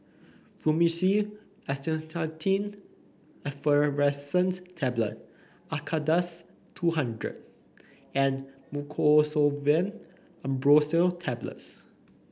Fluimucil Acetylcysteine Effervescent Tablets Acardust two hundred and Mucosolvan AmbroxoL Tablets